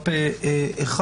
אחד.